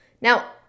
Now